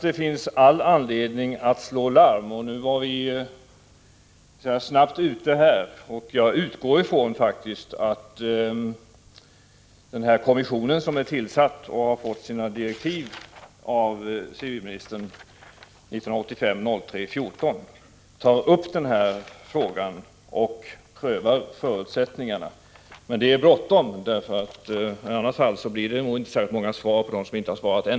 Det finns all anledning att slå larm, och nu var vi snabbt ute. Jag utgår faktiskt från att den kommission som har tillsatts och som har fått sina direktiv av civilministern den 14 mars 1985 tar upp den här frågan och prövar förutsättningarna. Det är bråttom, för i annat fall kommer det nog inte in så många svar från dem som inte har svarat än.